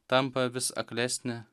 tampa vis aklesnė